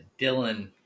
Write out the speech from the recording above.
Dylan